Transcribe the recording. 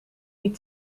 die